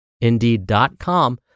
Indeed.com